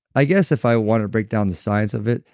i guess if i want to break down the science of it,